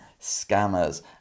scammers